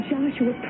Joshua